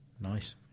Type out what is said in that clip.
Nice